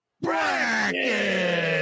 Bracket